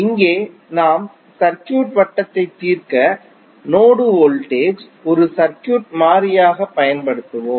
இங்கே நாம் சர்க்யூட் வட்டத்தை தீர்க்க நோடு வோல்டேஜ் ஒரு சர்க்யூட் மாறியாகப் பயன்படுத்துவோம்